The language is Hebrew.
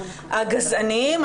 הגזעניים.